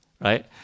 right